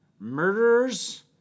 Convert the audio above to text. murderers